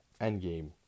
Endgame